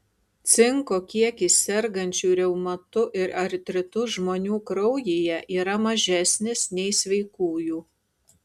cinko kiekis sergančių reumatu ir artritu žmonių kraujyje yra mažesnis nei sveikųjų